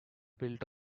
built